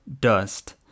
dust